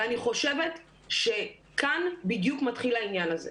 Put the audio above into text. ואני חושבת שכאן בדיוק מתחיל העניין הזה.